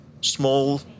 small